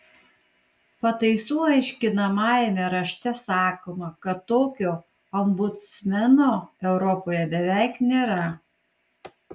pataisų aiškinamajame rašte sakoma kad tokio ombudsmeno europoje beveik nėra